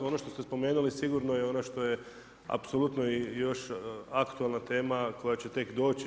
Ono što ste spomenuli sigurno je ona što je apsolutno još aktualna tema koja će tek doći.